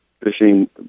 fishing